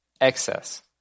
excess